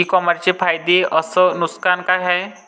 इ कामर्सचे फायदे अस नुकसान का हाये